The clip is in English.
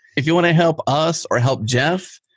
if you want to help us or help jeff,